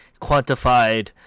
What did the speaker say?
quantified